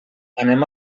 anem